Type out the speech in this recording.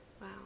wow